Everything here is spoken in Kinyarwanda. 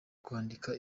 kwandika